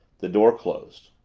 the door closed.